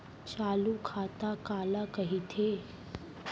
चालू खाता काला कहिथे?